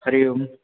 Hari Om